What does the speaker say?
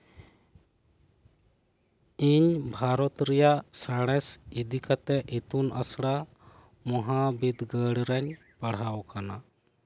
ᱤᱧ ᱵᱷᱟᱨᱚᱛ ᱨᱮᱭᱟᱜ ᱥᱟᱬᱮᱥ ᱤᱫᱤ ᱠᱟᱛᱮ ᱤᱛᱩᱱ ᱟᱥᱲᱟ ᱢᱚᱦᱟ ᱵᱤᱫᱽᱜᱟᱹᱲ ᱨᱤᱧ ᱯᱟᱲᱦᱟᱣᱟᱠᱟᱱᱟ